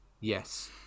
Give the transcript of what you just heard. yes